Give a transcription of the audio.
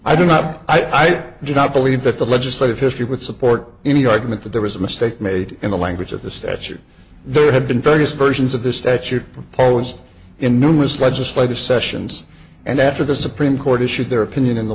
i do not i don't do not believe that the legislative history would support any argument that there was a mistake made in the language of the statute there have been various versions of the statute proposed in numerous legislative sessions and after the supreme court issued their opinion in the